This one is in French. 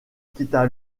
quitta